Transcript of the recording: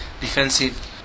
defensive